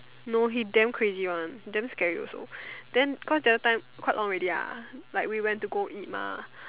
no he damn crazy one damn scary also then cause the other time quite long already ah like we went to go eat mah